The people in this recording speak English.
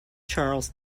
charles